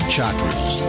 Chakras